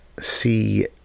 see